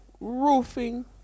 roofing